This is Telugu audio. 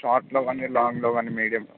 షార్ట్లో కానీ లాంగ్లో కానీ మీడియం